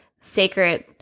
sacred